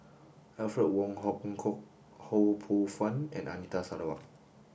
Alfred Wong Hong Kwok Ho Poh Fun and Anita Sarawak